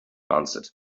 answered